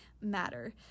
matter